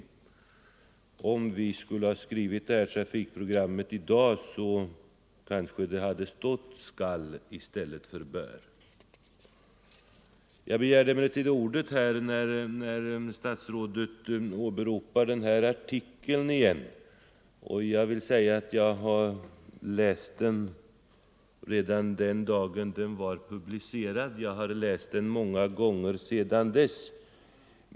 Om vi skulle ha skrivit det här trafikprogrammet i dag, så kanske det hade stått ”skall” i stället för ”bör”. Jag begärde emellertid ordet när statsrådet åberopade den här artikeln igen. Jag läste den redan den dagen den var publicerad, och jag har läst den många gånger sedan dess.